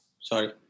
Sorry